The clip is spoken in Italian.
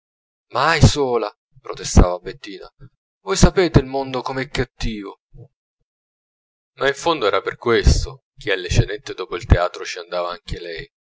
mai sola protestava bettina voi sapete il mondo com'è cattivo ma in fondo era per questo che alle cenette dopo il teatro ci andava anche lei